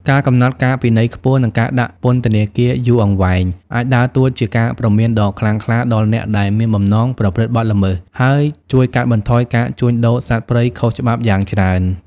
ការកំណត់ការពិន័យខ្ពស់ និងការដាក់ពន្ធនាគារយូរអង្វែង អាចដើរតួជាការព្រមានដ៏ខ្លាំងក្លាដល់អ្នកដែលមានបំណងប្រព្រឹត្តបទល្មើស ហើយជួយកាត់បន្ថយការជួញដូរសត្វព្រៃខុសច្បាប់យ៉ាងច្រើន។